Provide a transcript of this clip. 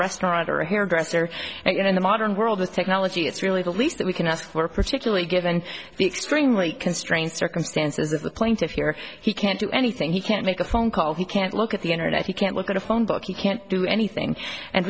restaurant or a hairdresser and in the modern world of technology it's really the least that we can ask for particularly given the extremely constrained circumstances of the plaintiff here he can't do anything he can't make a phone call he can't look at the internet he can't look at a phone book you can't do anything and